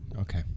okay